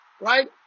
right